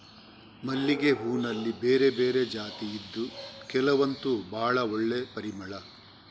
ಮಲ್ಲಿಗೆ ಹೂನಲ್ಲಿ ಬೇರೆ ಬೇರೆ ಜಾತಿ ಇದ್ದು ಕೆಲವಂತೂ ಭಾಳ ಒಳ್ಳೆ ಪರಿಮಳ